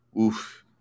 oof